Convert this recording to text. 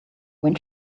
when